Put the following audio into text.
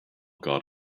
got